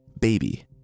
baby